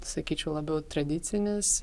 sakyčiau labiau tradicinis